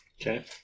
Okay